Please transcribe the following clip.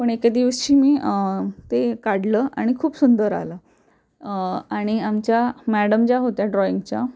पण एके दिवशी मी ते काढलं आणि खूप सुंदर आलं आणि आमच्या मॅडम ज्या होत्या ड्रॉइंगच्या